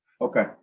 okay